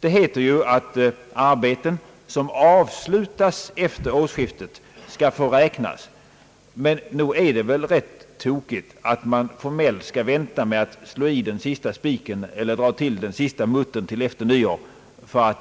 Det heter visserligen att arbeten som avslutas efter årsskiftet skall få räknas, men nog är det ganska galet att man formellt skall vänta med att slå i den sista spiken eller dra till den sista muttern till efter nyår för att